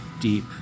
deep